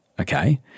okay